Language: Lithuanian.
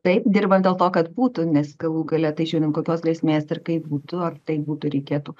taip dirbam dėl to kad būtų nes galų gale tai žiūrin kokios grėsmės ir kaip būtų ar tai būtų reikėtų